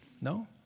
No